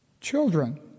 Children